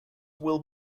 will